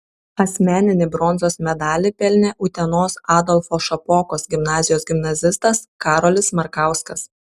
asmeninį bronzos medalį pelnė utenos adolfo šapokos gimnazijos gimnazistas karolis markauskas